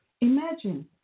Imagine